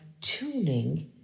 tuning